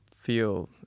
feel